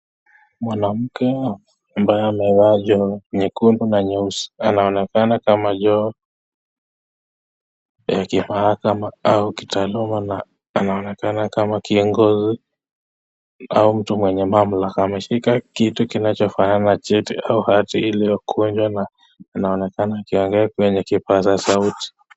Mwanamke ambaye amevaa joho jekundu na jeusi anaonekana kama joho ya kifaa au kitahaluma , anaonekana kama kiongozi au mtu mwenye mamlaka. Ameshika kitu kinacho fanana na cheti au hati iliyo kujwa na anoekana akiongea na kipasa sauti.